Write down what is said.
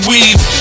Weave